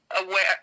aware